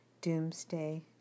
Doomsday